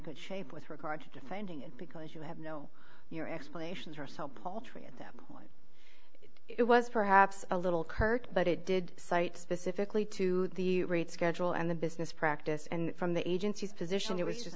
good shape with regard to defending it because you have know your explanations are so paltry at that point it was perhaps a little curt but it did cite specifically to the rate schedule and the business practice and from the agency's position it was just